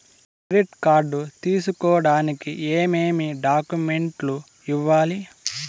credit card తీసుకోడానికి ఏమేమి డాక్యుమెంట్లు ఇవ్వాలి